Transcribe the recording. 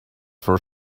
for